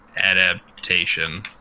Adaptation